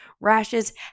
rashes